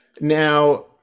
Now